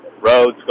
roads